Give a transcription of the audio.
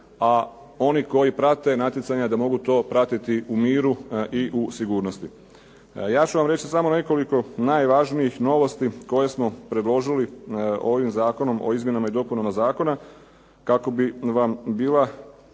a oni koji prate natjecanja da mogu to pratiti u miru i u sigurnosti. Ja ću vam reći samo nekoliko najvažnijih novosti koje smo predložili ovim zakonom o izmjenama i dopunama zakona kako bi vam bila